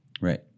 right